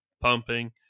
pumping